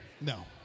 No